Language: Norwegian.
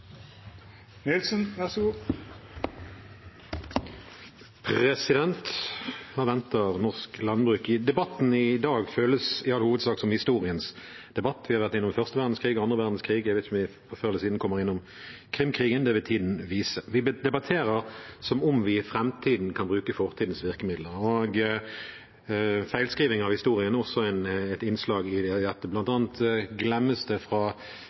venter norsk landbruk? Debatten i dag føles i all hovedsak som historiens debatt. Vi har vært innom første verdenskrig og annen verdenskrig. Jeg vet ikke om vi før eller siden kommer innom Krimkrigen, det vil tiden vise. Vi debatterer som om vi i framtiden kan bruke fortidens virkemidler. Feilskriving av historien er også et innslag. Blant annet glemmes det fra Arbeiderpartiets representant at en av grunnene til at vi ikke sultet i Norge under krigen, var import av rug fra